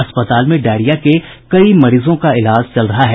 अस्पताल में डायरिया के कई मरीजों का इलाज चल रहा है